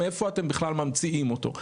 מאיפה אתם בכלל ממציאים אותו.